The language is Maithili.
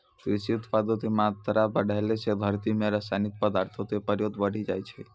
कृषि उत्पादो के मात्रा बढ़ैला से धरती मे रसायनिक पदार्थो के प्रयोग बढ़ि जाय छै